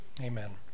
Amen